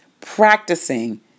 practicing